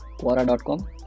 Quora.com